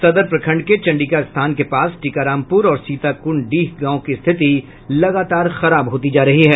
सदर प्रखंड के चंडिका स्थान के पास टीकारामपुर और सीताकुंड डीह गांव की रिथति लगातार खराब होती जा रही है